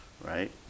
Right